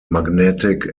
magnetic